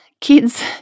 kids